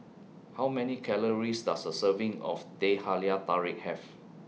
How Many Calories Does A Serving of Teh Halia Tarik Have